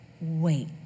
Wait